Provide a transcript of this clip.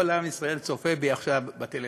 כל עם ישראל צופה בי עכשיו בטלוויזיה.